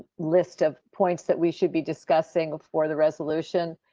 list of points that we should be discussing before the resolution.